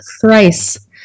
thrice